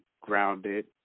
grounded